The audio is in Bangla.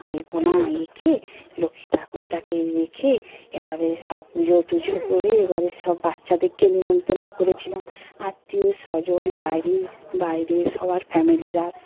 আলপনা এঁকে লক্ষ্মী ঠাকুরটাকে রেখে এবারে সব পুজো টুজো করে এবারে সব বাচ্চাদেরকে নেমন্তন্ন করেছিলাম আত্মীয় স্বজন বাড়ির বাইরের সবার ফ্যামিলিরা